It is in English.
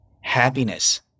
happiness